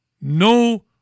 no